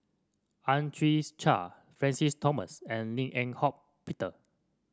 Ang Chwee Chai Francis Thomas and Lim Eng Hock Peter